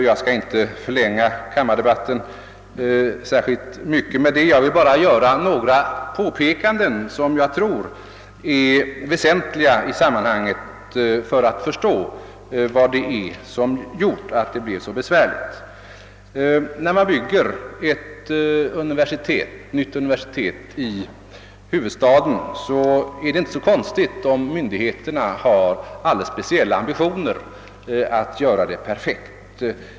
Jag skall inte förlänga kammardebatten särskilt mycket med att tala om den frågan — jag vill bara göra några påpekanden som enligt min mening är väsentliga för att vi skall förstå vad som gjort att det blivit så besvärligt. När man bygger ett nytt universitet i huvudstaden är det inte så konstigt, om myndigheterna har ' alldeles speciella ambitioner att göra sitt arbete perfekt.